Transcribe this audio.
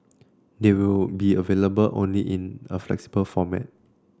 they will be available only in a flexible format